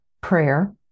prayer